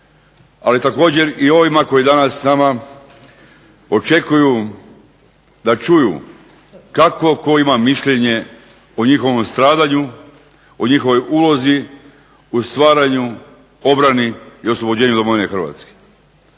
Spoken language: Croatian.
ali također i ovima koji danas s nama očekuju da čuju kako tko ima mišljenje o njihovom stradanju, o njihovoj ulozi u stvaranju, obrani i oslobođenju Domovine Hrvatske.